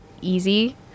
easy